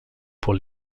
pour